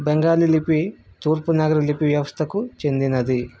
బెంగాలీ లిపి తూర్పు నాగరి లిపి వ్యవస్థకు చెందినది